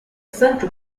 central